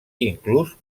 inclús